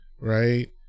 right